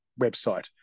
website